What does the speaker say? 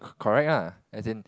correct lah as in